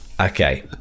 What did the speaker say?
okay